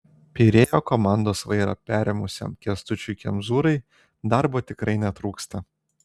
pirėjo komandos vairą perėmusiam kęstučiui kemzūrai darbo tikrai netrūksta